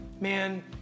Man